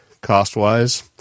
cost-wise